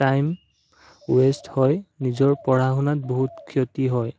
time waste হয় নিজৰ পঢ়া শুনাত বহুত ক্ষতি হয়